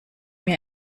mir